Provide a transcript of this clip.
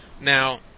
Now